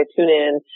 TuneIn